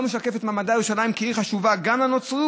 זה לא משקף את מעמדה של ירושלים כעיר חשובה גם לנצרות,